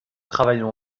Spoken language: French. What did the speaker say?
travaillons